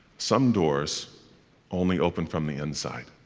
some doors only open from the inside.